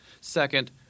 Second